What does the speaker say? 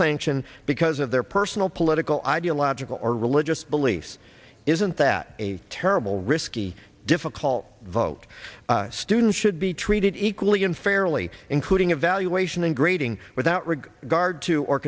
sanction because of their personal political ideological or religious beliefs isn't that a terrible risky difficult vote student should be treated equally unfairly including evaluation and grading without regard to or